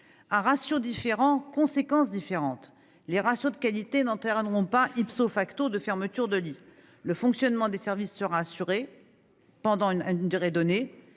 À ratios différents, conséquences différentes : les ratios de qualité n'entraîneront pas de fermetures de lits. Le fonctionnement des services sera assuré pendant une durée déterminée,